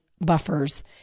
buffers